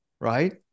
right